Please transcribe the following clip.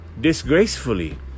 disgracefully